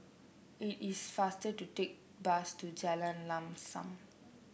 it is faster to take bus to Jalan Lam Sam